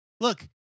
Look